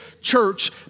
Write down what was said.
church